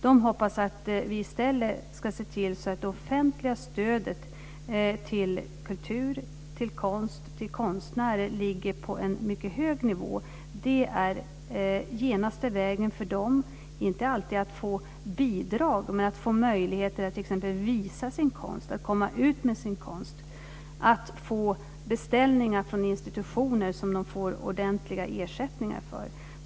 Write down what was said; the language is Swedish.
De hoppas att vi i stället ska se till att det offentliga stödet till kultur, konst och konstnärer ligger på en mycket hög nivå. Det är den genaste vägen för dem, inte alltid att få bidrag, men att få möjligheter att t.ex. visa sin konst, att komma ut med sin konst, att få beställningar från institutioner som de får ordentliga ersättningar för.